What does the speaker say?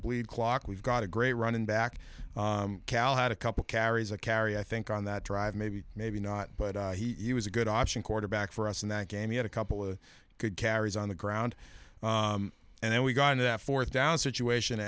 bleed clock we've got a great running back cal had a couple carries a carry i think on that try maybe maybe not but he was a good option quarterback for us in that game he had a couple good carries on the ground and then we got into that fourth down situation